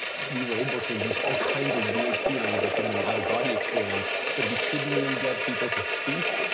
we were able to induce all kinds of weird feelings, like even an out of body experience, but we couldn't really get people to speak.